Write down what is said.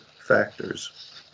factors